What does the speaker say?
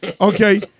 Okay